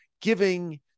giving